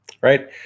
right